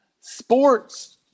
Sports